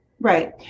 Right